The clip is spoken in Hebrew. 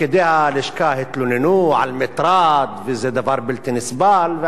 פקידי הלשכה התלוננו על מטרד ושזה דבר בלתי נסבל,